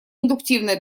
индуктивное